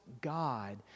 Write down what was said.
God